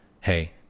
Hey